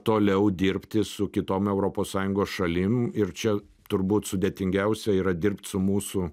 toliau dirbti su kitom europos sąjungos šalim ir čia turbūt sudėtingiausia yra dirbt su mūsų